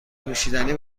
نوشیدنی